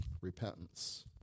Repentance